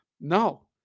No